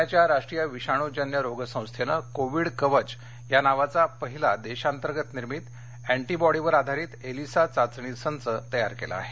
पुण्याच्या राष्ट्रीय विषाणूजन्य रोग संस्थेनं कोविड कवच या नावाचं पहिला देशांतरग्त अँटीबॉडी आधारित एलिसा चाचणी संच तयार केला आहे